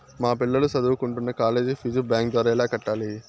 మా పిల్లలు సదువుకుంటున్న కాలేజీ ఫీజు బ్యాంకు ద్వారా ఎలా కట్టాలి?